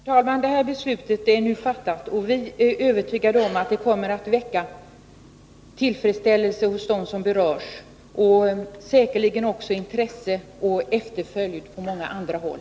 Herr talman! Det här beslutet är nu fattat, och vi är övertygade om att det kommer att mottas med tillfredsställelse hos dem som berörs. Det kommer säkerligen också att väcka intresse och få efterföljd på många andra håll.